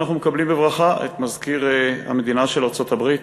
אנחנו מקבלים בברכה את מזכיר המדינה של ארצות-הברית.